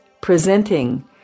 presenting